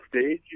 stage